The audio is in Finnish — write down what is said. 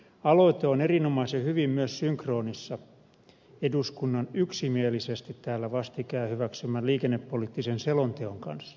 aloite on erinomaisen hyvin synkronissa myös eduskunnan yksimielisesti täällä vastikään hyväksymän liikennepoliittisen selonteon kanssa